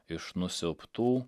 iš nusiaubtų